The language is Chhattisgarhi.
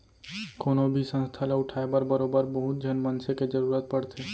कोनो भी संस्था ल उठाय बर बरोबर बहुत झन मनसे के जरुरत पड़थे